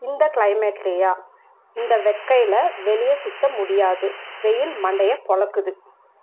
இந்த க்ளைமேட்டுலையா இந்த வெக்கையில் வெளியே சுற்ற முடியாது வெயில் மண்டையை பிளக்குது